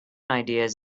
ideas